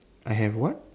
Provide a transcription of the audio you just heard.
I have what